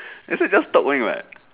that's why just talk only [what]